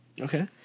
Okay